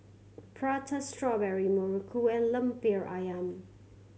Prata Strawberry muruku and Lemper Ayam